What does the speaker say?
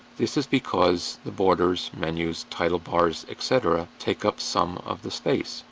this is because the borders, menus, title bars, etc. take up some of the space.